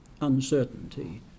uncertainty